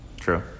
True